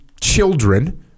children